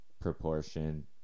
proportion